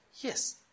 Yes